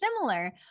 similar